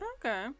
Okay